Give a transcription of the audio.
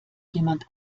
jemand